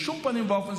בשום פנים ואופן.